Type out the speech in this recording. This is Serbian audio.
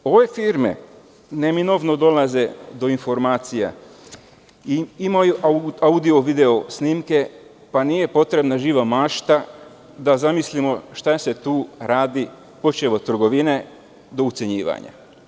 Ove firme neminovno dolaze do informacija i imaju audio, video snimke, pa nije potrebna živa mašte, da zamislimo šta se tu radi počev od trgovine do ucenjivanja.